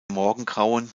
morgengrauen